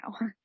now